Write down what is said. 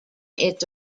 its